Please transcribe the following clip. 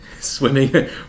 swimming